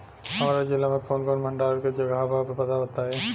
हमरा जिला मे कवन कवन भंडारन के जगहबा पता बताईं?